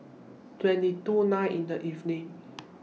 twenty to nine in The evening